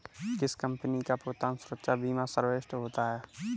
किस कंपनी का भुगतान सुरक्षा बीमा सर्वश्रेष्ठ होता है?